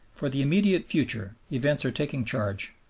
for the immediate future events are taking charge,